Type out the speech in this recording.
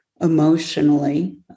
emotionally